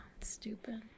Stupid